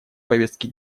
повестке